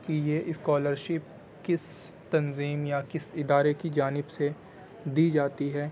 کہ یہ اسکالرشپ کس تنظیم یا کس ادارے کی جانب سے دی جاتی ہے